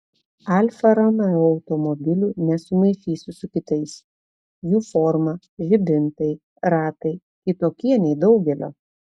alfa romeo automobilių nesumaišysi su kitais jų forma žibintai ratai kitokie nei daugelio